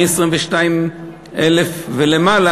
מ-22,000 ומעלה,